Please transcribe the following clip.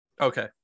Okay